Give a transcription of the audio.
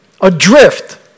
Adrift